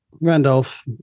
Randolph